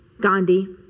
Gandhi